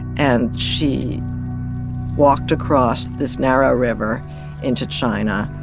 and she walked across this narrow river into china.